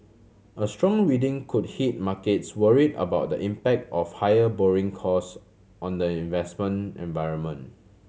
a strong reading could hit markets worried about the impact of higher borrowing cost on the investment environment